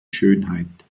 schönheit